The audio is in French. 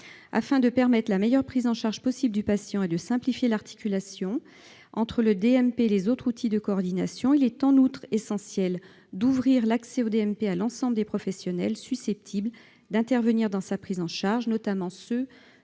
Afin de permettre la meilleure prise en charge possible du patient et de simplifier l'articulation entre le DMP et les autres outils de coordination, il est en outre essentiel d'ouvrir l'accès au DMP à l'ensemble des professionnels susceptibles d'intervenir dans sa prise en charge, notamment ceux